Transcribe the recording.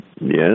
yes